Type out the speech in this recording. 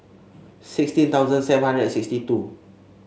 sixteen thousand seven hundred and sixty two